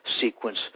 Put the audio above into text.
sequence